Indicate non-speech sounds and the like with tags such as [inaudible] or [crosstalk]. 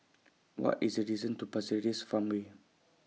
[noise] What IS The distance to Pasir Ris Farmway